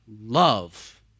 love